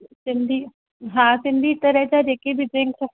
सिंधी हा सिंधी तरह जा जेके बि ड्रिंक